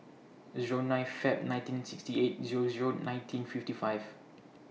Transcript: Zero nine Feb nineteen sixty eight Zero Zero nineteen fifty five